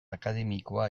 akademikoa